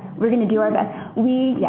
we're going to do our best.